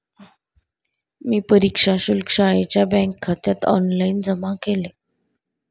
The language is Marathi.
मी परीक्षा शुल्क शाळेच्या बँकखात्यात ऑनलाइन जमा केले